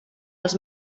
els